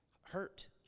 hurt